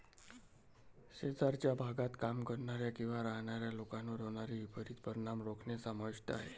शेजारच्या भागात काम करणाऱ्या किंवा राहणाऱ्या लोकांवर होणारे विपरीत परिणाम रोखणे समाविष्ट आहे